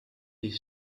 his